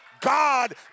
God